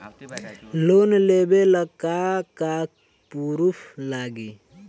Loan लेबे ला का का पुरुफ लागि?